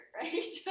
right